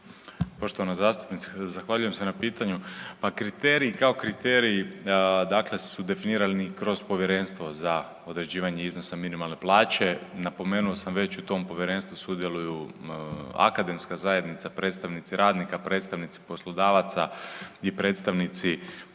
Poštovana zastupnice zahvaljujem se na pitanju. Pa kriterij kao kriterij dakle su definirani kroz Povjerenstvo za određivanje iznosa minimalne plaće. Napomenuo sam već, u tom povjerenstvu sudjeluju akademska zajednica, predstavnici radnika, predstavnici poslodavaca i predstavnici